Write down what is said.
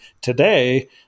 today